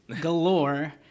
galore